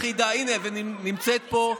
היחידה, הינה, נמצאת פה,